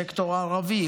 הסקטור הערבי,